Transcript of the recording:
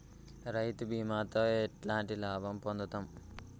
రైతు బీమాతో ఎట్లాంటి లాభం పొందుతం?